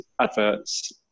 adverts